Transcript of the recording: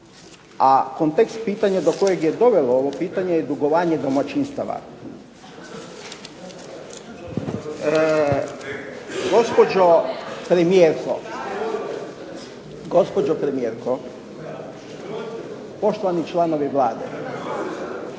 a kontekst pitanja do kojeg je dovelo ovo pitanje je dugovanje domaćinstava. Gospođo premijerko, poštovani članovi Vlade,